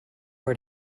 are